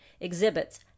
exhibits